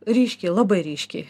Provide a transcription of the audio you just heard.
ryškiai labai ryškiai